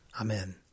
Amen